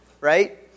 right